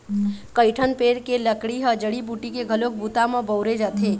कइठन पेड़ के लकड़ी ल जड़ी बूटी के घलोक बूता म बउरे जाथे